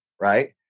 Right